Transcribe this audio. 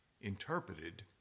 interpreted